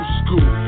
school